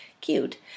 cute